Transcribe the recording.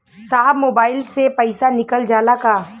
साहब मोबाइल से पैसा निकल जाला का?